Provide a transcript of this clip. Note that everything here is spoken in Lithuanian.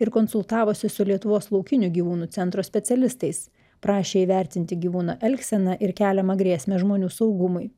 ir konsultavosi su lietuvos laukinių gyvūnų centro specialistais prašė įvertinti gyvūno elgseną ir keliamą grėsmę žmonių saugumui